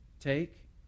Take